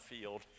field